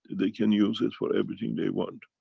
they can use it for everything they want.